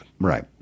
Right